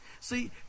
See